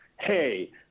hey